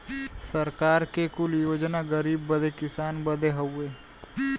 सरकार के कुल योजना गरीब बदे किसान बदे हउवे